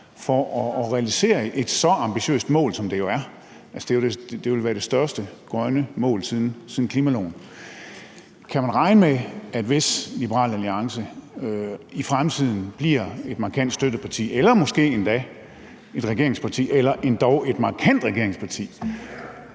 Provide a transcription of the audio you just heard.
for at realisere et så ambitiøst mål, som det jo er. Det ville være det største grønne mål siden klimaloven. Hvis Liberal Alliance i fremtiden bliver et markant støtteparti eller måske endda et regeringsparti eller endog et markant regeringsparti